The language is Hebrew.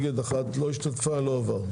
ארבעה נגד, אחת לא השתתפה, לא עבר.